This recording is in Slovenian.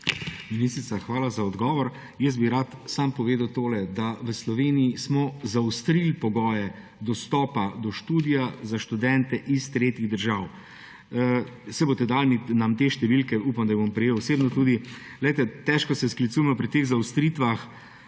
Ministrica, hvala za odgovor. Jaz bi rad samo povedal tole, da v Sloveniji smo zaostrili pogoje dostopa do študija za študente iz tretjih držav. Saj nam boste dali te številke. Upam, da jih bom tudi osebno prejel. Težko se sklicujemo pri teh zaostritvah